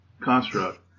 construct